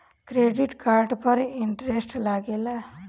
Credit card पर इंटरेस्ट लागेला?